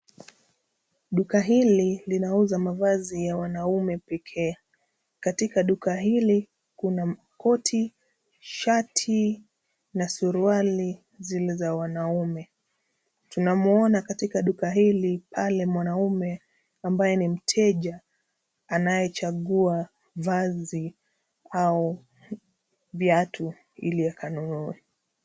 Duka hili linauza mavazi ya wanaume pekee. Katika duka hili kuna koti, shati na suruali zile za wanaume. Tunamuona katika duka hili pale mwanaume ambaye ni mteja anayechagua vazi au viatu ili akanunue.